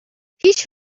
هیچ